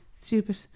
stupid